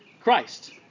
Christ